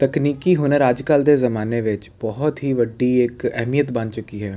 ਤਕਨੀਕੀ ਹੁਨਰ ਅੱਜ ਕੱਲ੍ਹ ਦੇ ਜ਼ਮਾਨੇ ਵਿੱਚ ਬਹੁਤ ਹੀ ਵੱਡੀ ਇੱਕ ਅਹਿਮੀਅਤ ਬਣ ਚੁੱਕੀ ਹੈ